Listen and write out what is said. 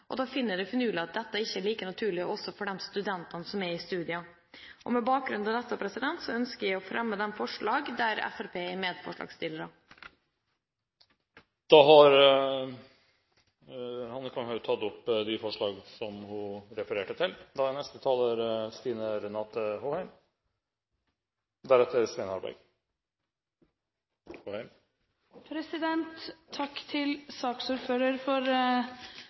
og da finner jeg det finurlig at dette ikke er like naturlig også for de studentene som er i studier. Med bakgrunn i dette ønsker jeg å fremme de forslagene der Fremskrittspartiet er medforslagsstiller. Representanten Mette Hanekamhaug har tatt opp de forslagene hun har referert til. Takk til saksordføreren for